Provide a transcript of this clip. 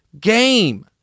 game